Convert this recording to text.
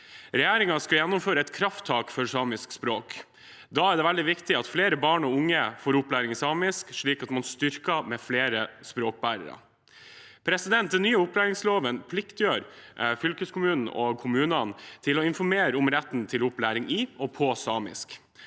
Regjeringen skal gjennomføre et krafttak for samiske språk. Da er det veldig viktig at flere barn og unge får opplæring i samisk, slik at språkene blir styrket med flere språkbærere. Den nye opplæringsloven forplikter fylkeskommuner og kommuner til å informere om retten til opplæ